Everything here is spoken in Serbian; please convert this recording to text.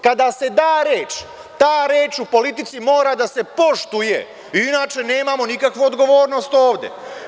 Kada se da reč, ta reč u politici mora da se poštuje, inače nemamo nikakvu odgovornost ovde.